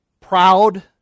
proud